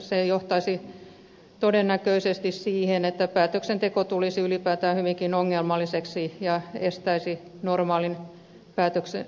se johtaisi todennäköisesti siihen että päätöksenteko tulisi ylipäätään hyvinkin ongelmalliseksi ja estäisi normaalin päätöksentekotoiminnan